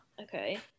okay